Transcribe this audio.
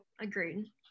agreed